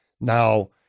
Now